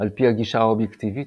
על-פי הגישה האובייקטיבית,